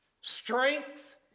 Strength